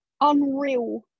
unreal